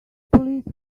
police